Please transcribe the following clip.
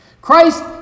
Christ